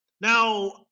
Now